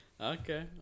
Okay